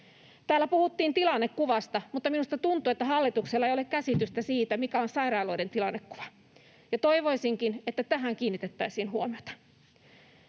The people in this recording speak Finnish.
Täällä puhuttiin tilannekuvasta, mutta minusta tuntuu, että hallituksella ei ole käsitystä siitä, mikä on sairaaloiden tilannekuva, ja toivoisinkin, että tähän kiinnitettäisiin huomiota.